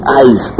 eyes